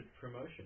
promotion